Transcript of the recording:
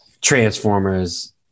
Transformers